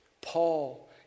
Paul